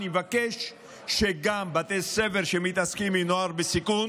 אני אבקש שגם בבתי ספר שמתעסקים בהם עם נוער בסיכון